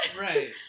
Right